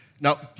now